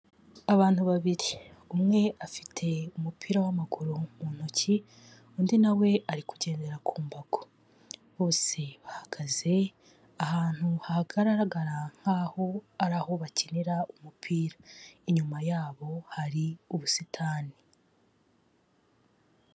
Abantu babiri umwe afite umupira w'amaguru mu ntoki undi nawe ari kugendera ku mbago bose bahagaze ahantu hagaragara nk'aho ari aho bakinira umupira, inyuma yabo hari ubusitani.